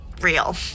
real